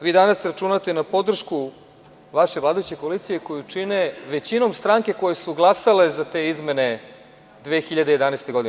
Vi danas računate na podršku vaše vladajuće koalicije koju čine većinom stranke koje su glasale za te izmene 2011. godine.